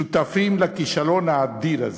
שותפים לכישלון האדיר הזה.